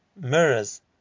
mirrors